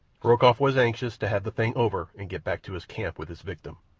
rokoff was anxious to have the thing over and get back to his camp with his victim.